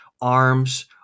arms